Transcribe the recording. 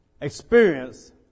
experience